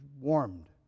warmed